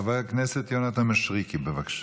חבר הכנסת יונתן מישרקי, בבקשה.